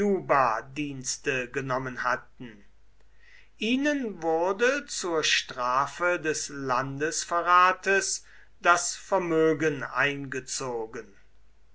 dienste genommen hatten ihnen wurde zur strafe des landesverrates das vermögen eingezogen